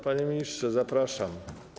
Panie ministrze, zapraszam.